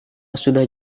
sudah